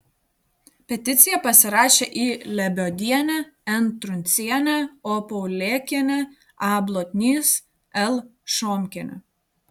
peticiją pasirašė i lebiodienė n truncienė o paulėkienė a blotnys l šomkienė